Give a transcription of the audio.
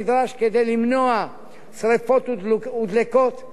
אתם הציבור היחיד שלגביו אנחנו קמים כל בוקר ואומרים: